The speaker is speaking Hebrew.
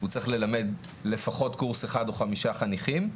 הוא צריך ללמד לפחות קורס אחד או חמישה חניכים,